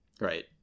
right